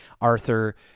Arthur